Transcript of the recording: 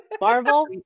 Marvel